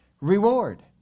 reward